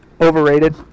Overrated